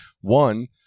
One